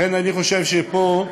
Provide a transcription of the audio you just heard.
לכן אני חושב שפה,